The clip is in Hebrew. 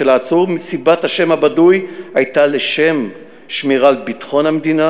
וסיבת השם הבדוי הייתה לשם שמירה על ביטחון המדינה